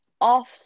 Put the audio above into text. off